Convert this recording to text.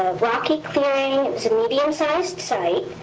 rocky clearing. it was a medium-sized site.